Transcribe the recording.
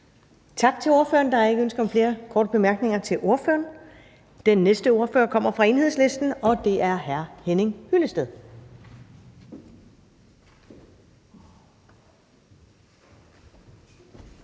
Tak til ordføreren. Der er ikke ønske om flere korte bemærkninger til ordføreren. Den næste ordfører kommer fra Enhedslisten, og det er hr. Henning Hyllested.